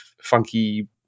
funky